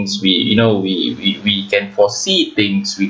as we you know we we we can foresee things with